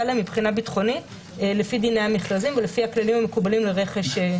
להם מבחינה ביטחונית לפי דיני המכרזים ולפי הכללים המקובלים לרכש.